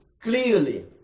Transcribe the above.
clearly